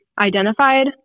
identified